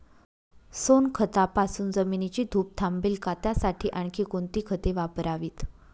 सोनखतापासून जमिनीची धूप थांबेल का? त्यासाठी आणखी कोणती खते वापरावीत?